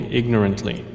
ignorantly